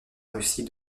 russie